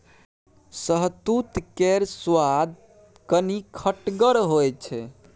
शहतुत केर सुआद कनी खटगर होइ छै